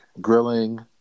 grilling